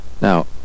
Now